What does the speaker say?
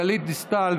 גלית דיסטל,